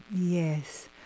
yes